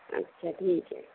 اچھا ٹھیک ہے